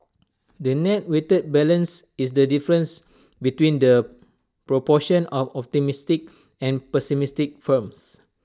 the net weighted balance is the difference between the proportion of optimistic and pessimistic firms